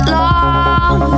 long